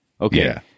Okay